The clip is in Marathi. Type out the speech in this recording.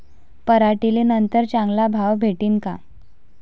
पराटीले नंतर चांगला भाव भेटीन का?